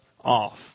off